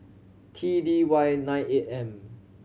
T D Y nine eight M